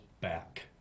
back